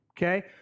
Okay